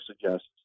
suggests